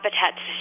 habitats